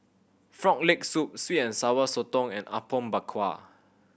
Frog Leg Soup sweet and Sour Sotong and Apom Berkuah